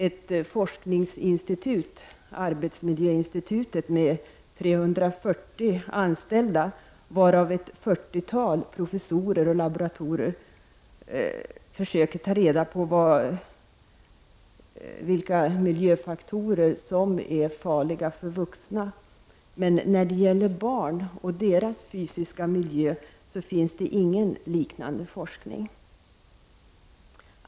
Ett forskningsinstitut, arbetsmiljöinstitutet, med 340 anställda, varav ett fyrtiotal professorer och laboratorer, försöker ta reda på vilka miljöfaktorer som är farliga för vuxna. Men när det gäller barn och deras fysiska miljö finns det ingen liknande forskning.